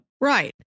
right